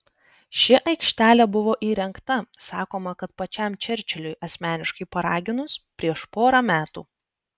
ši aikštelė buvo įrengta sakoma kad pačiam čerčiliui asmeniškai paraginus prieš porą metų